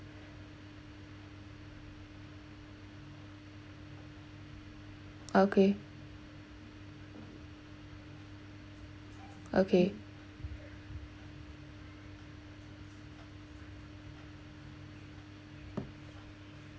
okay okay